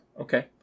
Okay